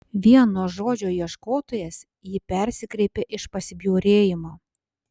vien nuo žodžio ieškotojas ji persikreipė iš pasibjaurėjimo